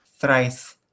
thrice